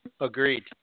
Agreed